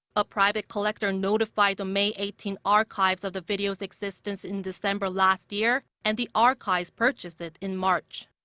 a private collector notified the may eighteen archives of the video's existence in december last year, and the archives purchased it in march.